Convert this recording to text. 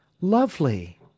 Lovely